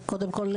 קודם כל,